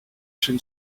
twin